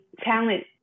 talent